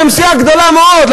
אתם סיעה גדולה מאוד,